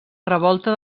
revolta